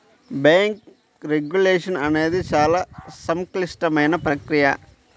bank regulation అనేది చాలా సంక్లిష్టమైన ప్రక్రియ